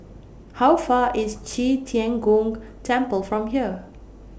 How Far IS Qi Tian Gong Temple from here